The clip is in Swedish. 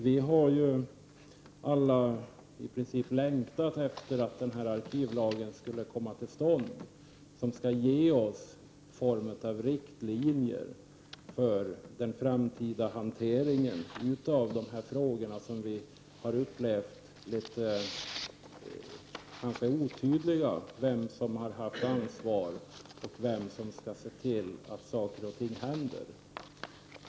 Fru talman! Vi har alla i princip längtat efter att få till stånd denna arkivlag, som skall ges oss en form av riktlinjer för den framtida hanteringen av dessa frågor. Det har varit litet otydligt när det gäller vem som har haft ansvaret och vem som skall se till att saker och ting händer.